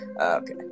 okay